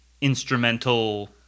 instrumental